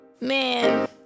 man